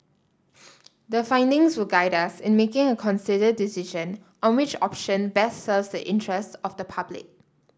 the findings will guide us in making a considered decision on which option best serves the interests of the public